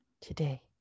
today